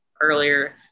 earlier